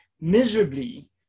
miserably